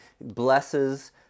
blesses